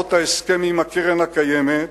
לרבות ההסכם עם קרן קיימת,